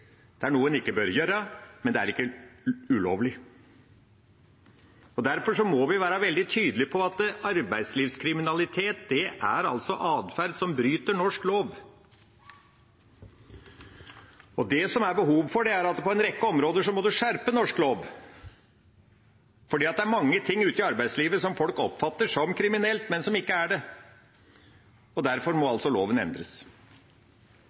det er noe en ikke bør gjøre, men det er ikke ulovlig. Derfor må vi være veldig tydelige på at arbeidslivskriminalitet er adferd som bryter norsk lov. Det som det er behov for, er at en på en rekke områder må skjerpe norsk lov, for det er mange ting ute i arbeidslivet som folk oppfatter som kriminelt, men som ikke er det. Derfor må loven endres.